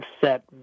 set